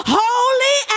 holy